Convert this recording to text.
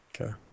Okay